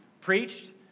preached